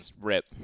rip